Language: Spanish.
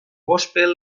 gospel